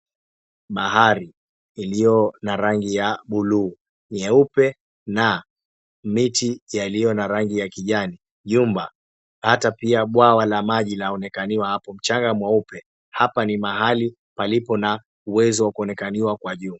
Bahari iliyo na rangi ya bluu, nyeupe na miti yaliyo na rangi ya kijani, nyumba ata pia bwawa la maji laonekaniwa apo, mchanga mweupe. Hapa ni mahali palipo na uwezo wakuonekaniwa kwa juu.